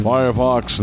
Firefox